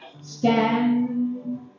Stand